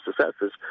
successes